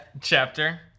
Chapter